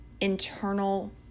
internal